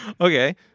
Okay